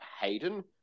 Hayden